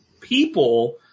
people